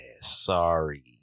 Sorry